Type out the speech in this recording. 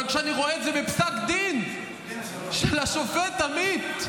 אבל כשאני רואה את זה בפסק דין של השופט עמית,